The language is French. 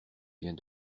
vient